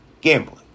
Gambling